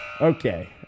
Okay